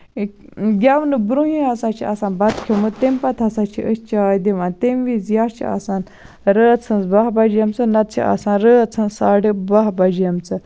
یہِ گیونہٕ برونہٕے ہسا چھُ آسان چھُ بَتہٕ کھیوٚمُت تَمہِ پَتہٕ ہسا چھِ أسۍ چاے دِوان تَمہِ وِزِ یا چھُ آسان رٲژ ہنز باہ بَجیٚمژٕ نہ تہٕ چھِ آسان رٲژ ہنز ساڑٕ باہ بَجیٚمژٕ